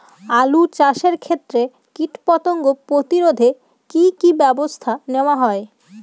আলু চাষের ক্ষত্রে কীটপতঙ্গ প্রতিরোধে কি কী ব্যবস্থা নেওয়া হয়?